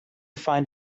find